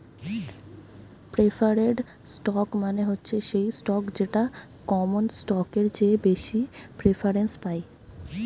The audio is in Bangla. প্রেফারেড স্টক মানে হচ্ছে সেই স্টক যেটা কমন স্টকের চেয়ে বেশি প্রেফারেন্স পায়